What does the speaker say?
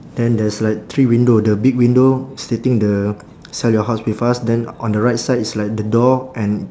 then there's like three window the big window stating the sell your house with us then on the right side it's like the door and